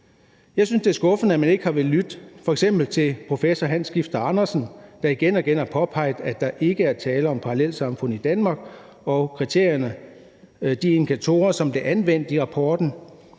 Jeg synes, at det er skuffende, at man ikke har villet lytte til f.eks. professor Hans Skifter Andersen, der igen og igen har påpeget, at der ikke er tale om parallelsamfund i Danmark i forhold til de kriterier og indikatorer, som blev anvendt i rapporten.